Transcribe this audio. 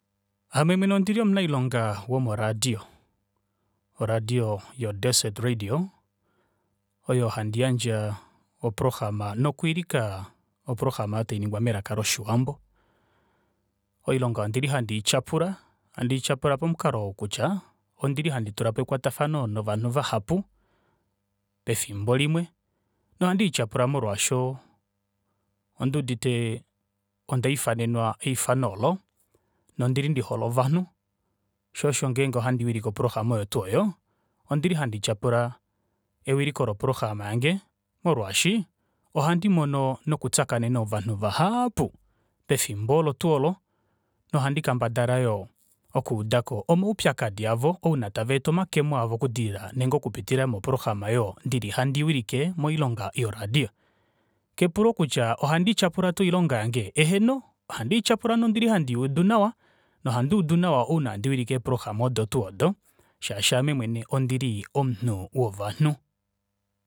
Amwe mwene ondili omunailonga womo radio, oradio yo desert radio oyo handi yandje oprograma noku wilika oprograma aayo tainingwa melaka loshiwambo. Oilonga ondili handi ityapula handi ityapula momukalo wokutya ondili handi tulapo ekwatafano novanhu vahapu pefimbo limwe nohandi ityapula molwaasho onduudite onda ifanenwa eifano olo, nondili ndihole ovanhu shoo osho ngeenge ohandi wilike oprograma oyo twoo oyo ondili handi tyapula ewiliko loprograma yange, molwaashi ohandi mono noku shakaneka ovanhu vahaapu pefimbo olo twoo olo nohandi kendabala yoo okuudako omaupyakadi aavo ouna tavaeta omakemo aavo oku dilila nenge okupitila moprograma aayo ndili hadi wilike moilonga yoradio. Kepulo kutya ohandi tyapula tuu oilonga yange? Eheno ohandi ityapula nondili handi yuudu nawa nohanduudu nawa ouna handi wilike eeprograma odo tuu odo shaashi ame mwene ondili omunhu wovanhu.